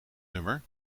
nummer